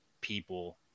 people